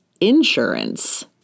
insurance